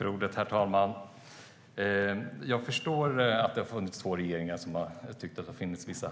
Herr talman! Jag förstår att det har varit två regeringar som har tyckt att det finns vissa